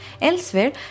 Elsewhere